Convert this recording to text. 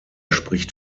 spricht